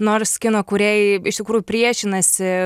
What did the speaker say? nors kino kūrėjai iš tikrųjų priešinasi